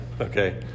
Okay